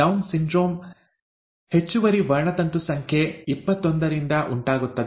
down syndrome ಹೆಚ್ಚುವರಿ ವರ್ಣತಂತು ಸಂಖ್ಯೆ ಇಪ್ಪತ್ತೊಂದರಿಂದ ಉಂಟಾಗುತ್ತದೆ